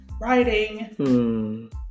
writing